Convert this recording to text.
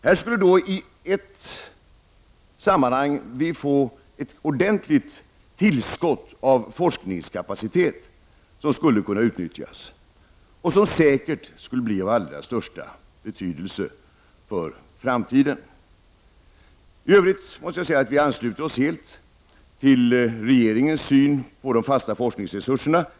Här skulle vi i ett sammanhang få ett ordentligt tillskott av forskningskapacitet som skulle kunna utnyttjas och som säkert skulle bli av allra största betydelse för framtiden. I övrigt ansluter vi moderater oss helt till regeringens syn på de fasta forskningsresurserna.